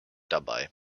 dabei